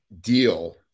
deal